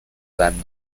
seinem